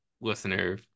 listener